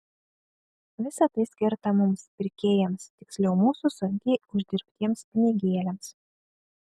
visa tai skirta mums pirkėjams tiksliau mūsų sunkiai uždirbtiems pinigėliams